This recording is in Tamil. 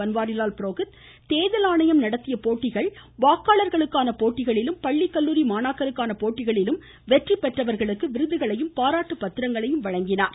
பன்வாரிலால் புரோஹித் தேர்தல் ஆணையம் நடத்திய போட்டிகள் வாக்காளர்களுக்கான போட்டிகளிலும் பள்ளி கல்லூரி வெற்றிபெற்றவர்களுக்கு விருதுகளையும் பாராட்டு பத்திரங்களையும் வழங்கினார்